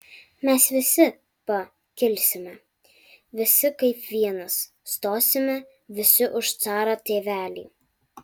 mes visi pa kilsime visi kaip vienas stosime visi už carą tėvelį